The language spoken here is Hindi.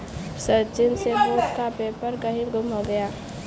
सचिन से बॉन्ड का पेपर कहीं गुम हो गया है